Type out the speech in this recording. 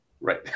right